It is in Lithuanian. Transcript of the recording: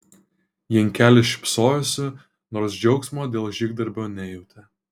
jankelis šypsojosi nors džiaugsmo dėl žygdarbio nejautė